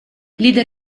leader